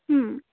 হুম